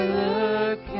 look